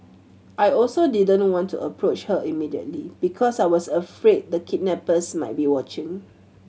I also didn't want to approach her immediately because I was afraid the kidnappers might be watching